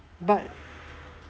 but